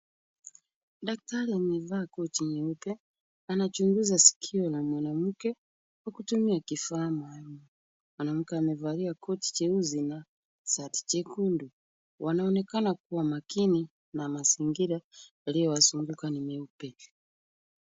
Daktari amevaa koti nyeupe, anachunguza sikio la mwanamke kwa kutumia kifaa maalum. Mwanamke amevalia koti jeusi na shati jekundu. Wanaonekana kuwa makini na mazingira yaliyowazunguka ni meupe.